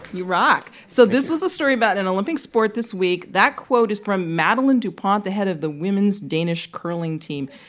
you rock. so this was a story about an olympic sport this week. that quote is from madeleine dupont, the head of the women's danish curling team.